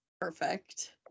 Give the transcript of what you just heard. Perfect